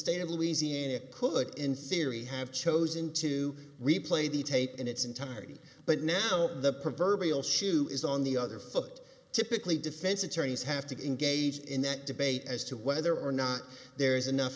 state of louisiana could in theory have chosen to replay the tape in its entirety but now the proverbial shoe is on the other foot typically defense attorneys have to engage in that debate as to whether or not there is enough